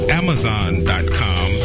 amazon.com